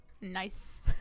nice